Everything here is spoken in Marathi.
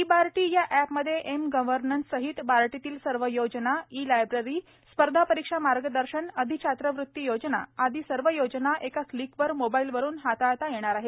ई बार्टी या प्रँपमध्ये एम गव्हर्नन्स सहित बार्टीतील सर्व योजना इ लायब्री स्पर्धा परीक्षा मार्गदर्शन धिछात्रवृती योजना आदी सर्व योजना एका क्लिकवर मोबाईल वरून हाताळता येणार आहेत